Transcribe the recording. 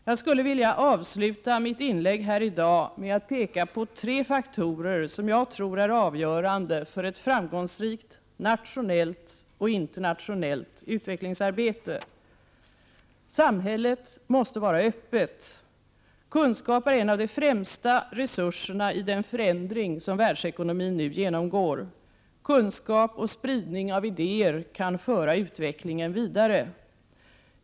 Jag skulle vilja avsluta mitt inlägg här i dag med att peka på tre faktorer, som jag tror är avgörande för ett framgångsrikt nationellt och internationellt utvecklingsarbete. För det första måste samhället vara öppet. Kunskaper är en av de främsta resurserna i den förändring som världsekonomin nu genomgår. Kunskap och spridning av idéer kan föra utvecklingen vidare.